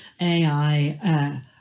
AI